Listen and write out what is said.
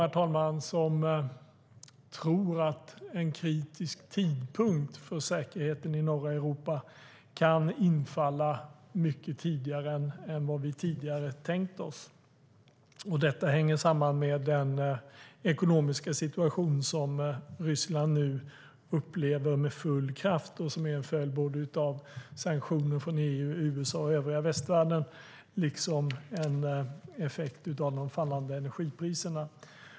Jag tillhör dem som tror att en kritisk tidpunkt för säkerheten i norra Europa kan infalla mycket tidigare än vad vi tänkt oss. Detta hänger samman med den ekonomiska situation som Ryssland nu upplever med full kraft och som är en följd av sanktioner från EU, USA och övriga västvärlden. Det är också en effekt av de fallande energipriserna.